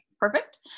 Perfect